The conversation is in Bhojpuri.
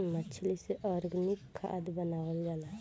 मछली से ऑर्गनिक खाद्य बनावल जाला